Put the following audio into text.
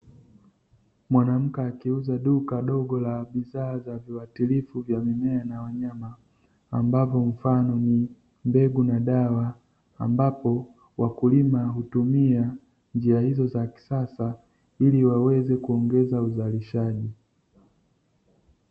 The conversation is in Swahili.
Mwanamke akiuza duka dogo la bidhaa za viwatilifu vya mimea na wanyama ambapo mfano ni mbegu na dawa ambapo wakulima hutumia njia hizo za kisasa iliwaweze kuongeza uzalishaji.